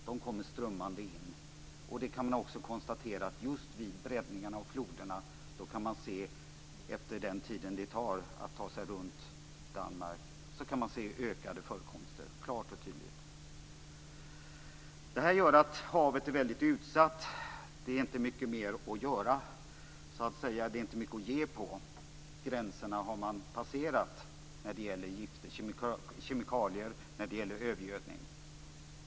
De kommer strömmande in. Man kan också klart och tydlig se ökade förekomster just vid breddningarna av floderna om man mäter efter den tid det tar för strömmarna att ta sig runt Danmark. Detta gör att havet är väldigt utsatt. Det är inte mycket mer att göra. Gränserna har man passerat när det gäller gifter, kemikalier och övergödning.